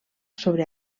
sobre